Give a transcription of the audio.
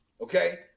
Okay